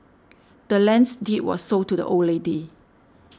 the land's deed was sold to the old lady